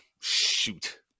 Shoot